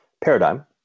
paradigm